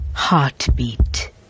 Heartbeat